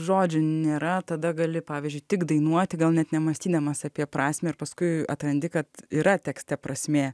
žodžių nėra tada gali pavyzdžiui tik dainuoti gal net nemąstydamas apie prasmę paskui atrandi kad yra tekste prasmė